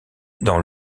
dans